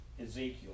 Ezekiel